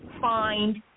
find